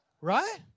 Right